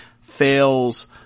fails